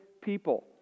people